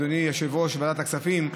אדוני יושב-ראש ועדת הכספים,